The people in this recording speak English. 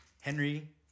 Henry